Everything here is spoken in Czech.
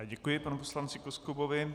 Děkuji panu poslanci Koskubovi.